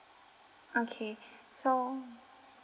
okay so